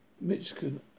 Michigan